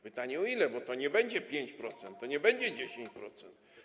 Pytanie, o ile, bo to nie będzie 5%, to nie będzie 10%.